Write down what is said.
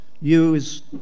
use